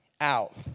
out